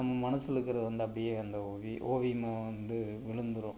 நம்ம மனசிலுக்கற வந்து அப்படியே அந்த வி ஓவியமாக வந்து விழுந்துரும்